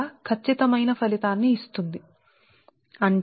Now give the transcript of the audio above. ఇది మా ఊహ తో చేస్తున్నాము సరే